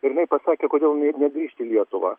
ir jinai pasakė kodėl jinai negrįžta į lietuvą